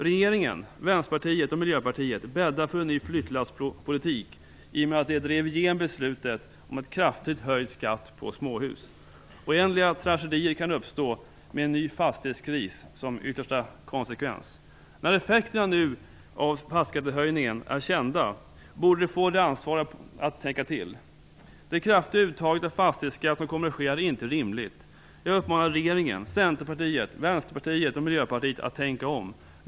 Regeringen, Vänsterpartiet och Miljöpartiet bäddade för en ny "flyttlasspolitik" i och med att de drev igenom beslutet om en kraftigt höjd skatt på småhus. Oändliga tragedier kan uppstå med en ny fastighetskris som yttersta konsekvens. När effekterna av fastighetsskattehöjningen nu är kända borde de få de ansvariga att tänka till. Det kraftiga uttaget av fastighetsskatt som kommer att ske är inte rimligt. Jag uppmanar regeringen, Centerpartiet, Vänsterpartiet och Miljöpartiet att tänka om!